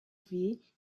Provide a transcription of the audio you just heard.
vie